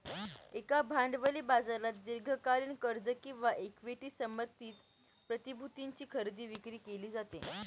एका भांडवली बाजारात दीर्घकालीन कर्ज किंवा इक्विटी समर्थित प्रतिभूतींची खरेदी विक्री केली जाते